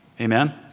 Amen